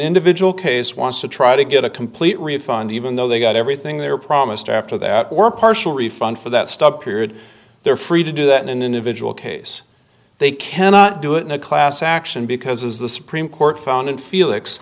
individual case wants to try to get a complete refund even though they got everything they were promised after that or partial refund for that stop period they are free to do that in an individual case they cannot do it in a class action because as the supreme court found in felix